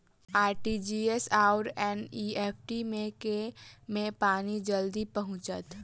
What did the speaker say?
RTGS आओर NEFT मे केँ मे पानि जल्दी पहुँचत